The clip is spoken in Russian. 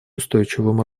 устойчивому